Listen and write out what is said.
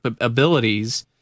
abilities